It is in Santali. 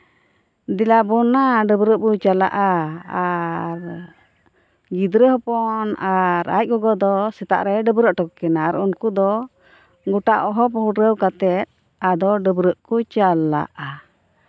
ᱫᱮᱞᱟ ᱵᱚᱱ ᱱᱟ ᱰᱟᱹᱵᱨᱟᱹᱜ ᱵᱚᱱ ᱪᱟᱞᱟᱜᱼᱟ ᱟᱨ ᱜᱤᱫᱽᱨᱟᱹ ᱦᱚᱯᱚᱱ ᱟᱨ ᱟᱡ ᱜᱚᱜᱚ ᱫᱚ ᱥᱮᱛᱟᱜ ᱨᱮᱭ ᱰᱟᱹᱵᱨᱟᱹ ᱦᱚᱴᱚ ᱠᱟᱹᱠᱤᱱᱟ ᱟᱨ ᱩᱱᱠᱩ ᱫᱚ ᱜᱚᱴᱟ ᱦᱚᱦᱚ ᱯᱩᱨᱟᱹᱣ ᱠᱟᱛᱮ ᱟᱫᱚ ᱰᱟᱹᱵᱨᱟᱹᱜ ᱠᱚ ᱪᱟᱞᱞᱟᱜᱼᱟ